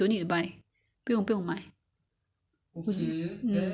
扣肉包通常是一包的 mah 这一包里面它有几个